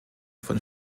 von